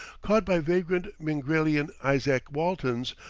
caught by vagrant mingrelian isaac waltons,